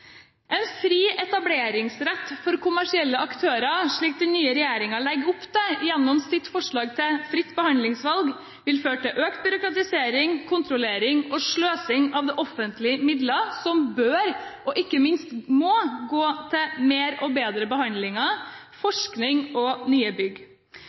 En fri etableringsrett for kommersielle aktører, slik den nye regjeringen legger opp til gjennom sitt forslag om fritt behandlingsvalg, vil føre til økt byråkratisering, kontrollering og sløsing med offentlige midler som bør – og ikke minst må – gå til flere og bedre behandlinger, forskning og nye bygg.